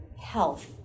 health